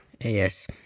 Yes